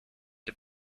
the